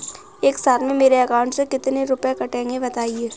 एक साल में मेरे अकाउंट से कितने रुपये कटेंगे बताएँ?